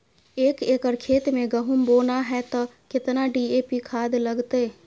एक एकर खेत मे गहुम बोना है त केतना डी.ए.पी खाद लगतै?